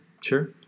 sure